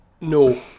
No